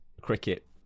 cricket